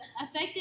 affected